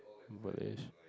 Malay